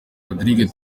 rodrigue